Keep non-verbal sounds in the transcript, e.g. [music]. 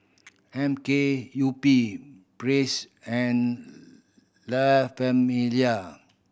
M K U P Press and [unintelligible] La Famiglia